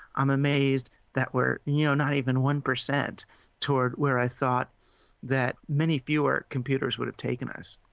i'm amazed that we're you know not even one percent towards where i thought that many viewer computers would have taken us.